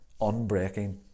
unbreaking